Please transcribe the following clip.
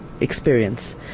experience